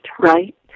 right